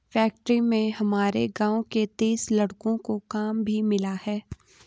factory में हमारे गांव के तीस लड़कों को काम भी मिला है